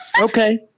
Okay